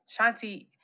Shanti